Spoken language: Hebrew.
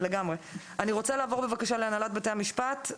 אני רוצה לעבור בבקשה להנהלת בתי המשפט.